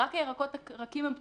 רק ירקות רכים הם פתוחים.